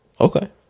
Okay